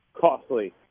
Costly